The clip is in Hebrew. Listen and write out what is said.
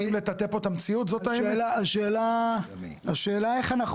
אני מנסה להבין איך אנחנו